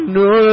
no